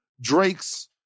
Drake's